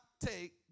take